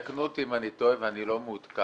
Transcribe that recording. תקנו אותי אם אני טועה ואני לא מעודכן